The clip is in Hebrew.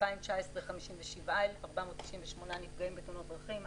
2019 57,498 נפגעים בתאונות דרכים.